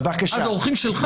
אה, אלו אורחים שלך?